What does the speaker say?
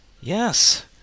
Yes